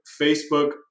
Facebook